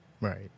Right